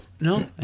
No